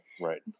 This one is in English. Right